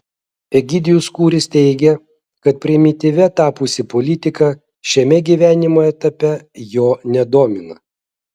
egidijus kūris teigia kad primityvia tapusi politika šiame gyvenimo etape jo nedomina